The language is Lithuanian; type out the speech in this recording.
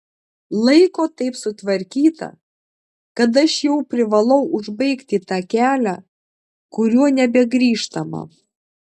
laiko taip sutvarkyta kad aš jau privalau užbaigti tą kelią kuriuo nebegrįžtama